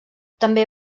també